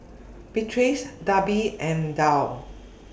Beatrix Darby and Tal